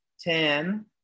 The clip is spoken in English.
ten